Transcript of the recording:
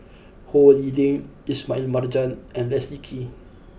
Ho Lee Ling Ismail Marjan and Leslie Kee